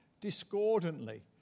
discordantly